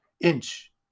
inch